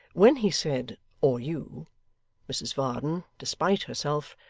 when he said or you mrs varden, despite herself,